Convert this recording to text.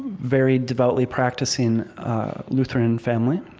very devoutly practicing lutheran family.